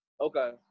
Okay